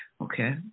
Okay